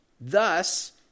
Thus